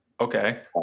Okay